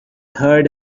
heard